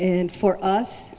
and for us